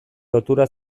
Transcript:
lotura